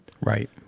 Right